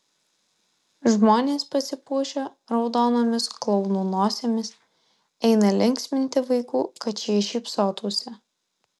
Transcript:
žmonės pasipuošę raudonomis klounų nosimis eina linksminti vaikų kad šie šypsotųsi